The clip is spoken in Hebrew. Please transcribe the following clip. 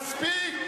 מספיק,